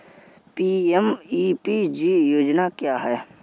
PMEPG योजना क्या है?